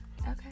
okay